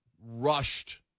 rushed